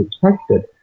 protected